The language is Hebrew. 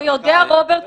יודע רוברט,